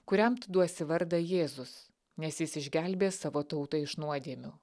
kuriam tu duosi vardą jėzus nes jis išgelbės savo tautą iš nuodėmių